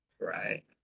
Right